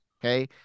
Okay